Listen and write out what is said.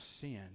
sin